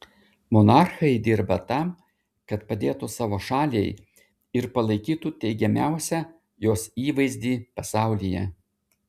monarchai dirba tam kad padėtų savo šaliai ir palaikytų teigiamiausią jos įvaizdį pasaulyje